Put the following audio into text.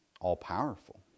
all-powerful